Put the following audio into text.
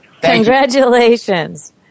Congratulations